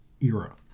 era